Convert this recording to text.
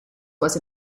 was